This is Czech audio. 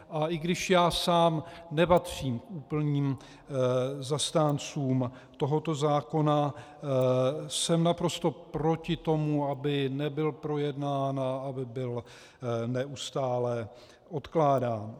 A i když já sám nepatřím k úplným zastáncům tohoto zákona, jsem naprosto proti tomu, aby nebyl projednán a aby byl neustále odkládán.